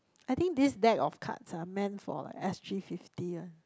I think this deck of cards ah meant for like S_G fifty-one